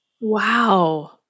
Wow